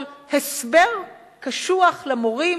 אבל הסבר קשוח למורים